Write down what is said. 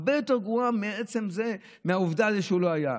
הרבה יותר גרועה מעצם העובדה שהוא לא היה.